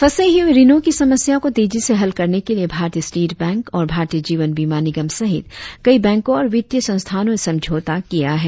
फंसे हुए ऋणों की समस्या को तेजी से हल करने के लिए भारतीय स्टेट बैंक और भारतीय जीवन बीमा निगम सहित कई बैंकों और वित्तीय संस्थानों ने समझौता किया है